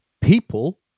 people